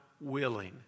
willing